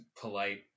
polite